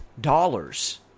dollars